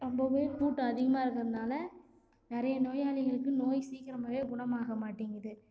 ரொம்பவே கூட்டம் அதிகமாக இருக்கிறதுனால நிறைய நோயாளிகளுக்கு நோய் சீக்கிரமாவே குணம் ஆகமாட்டேங்குது